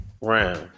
round